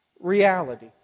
reality